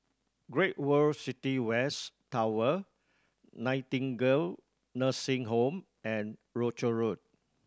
Great World City West Tower Nightingale Nursing Home and Rochor Road